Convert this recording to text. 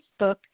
Facebook